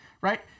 right